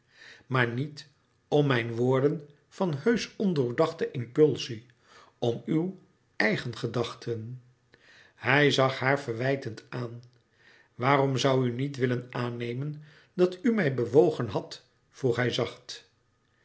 maar niet om mijn woorden van heusch ondoordachte impulsie om uw eigen gedachten hij zag haar verwijtend aan waarom zoû u niet willen aannemen dat u mij bewogen had vroeg hij zacht